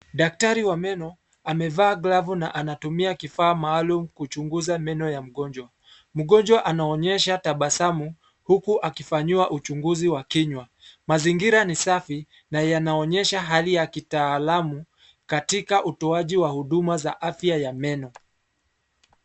Daktari wa meno amevaa glavu na anatumia kifaa maalum kuchunguza meno ya mgonjwa. Mgonjwa anaonyesha tabasamu huku akifanyiwa uchunguzi wa kinywa. Mazingira ni safi na yanaonyesha hali ya kitaalamu katika utoaji wa huduma za afya ya meno.